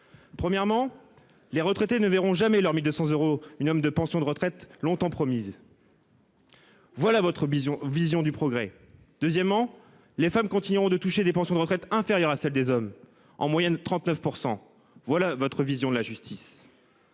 Premièrement les retraités ne verront jamais leur 1200 euros une homme de pensions de retraite longtemps promise. Voilà votre vision vision du progrès. Deuxièmement les femmes continueront de toucher des pensions de retraite inférieure à celle des hommes, en moyenne 39% voilà, votre vision de la justice.